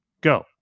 go